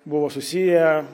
buvo susiję